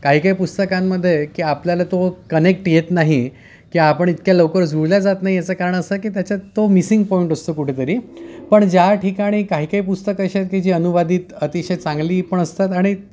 काही काही पुस्तकांमध्ये की आपल्याला तो कनेक्ट येत नाही की आपण इतक्या लवकर जुळल्या जात नाही याचं कारण असं की त्याच्यात तो मिसिंग पॉईंट असतो कुठेतरी पण ज्या ठिकाणी काही काही पुस्तक असे आहेत की जी अनुवादित अतिशय चांगली पण असतात आणि